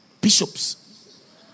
bishops